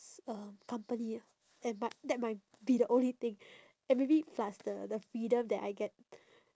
um company ah and might that might be the only thing and maybe plus the the freedom that I get